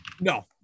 No